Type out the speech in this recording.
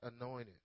anointed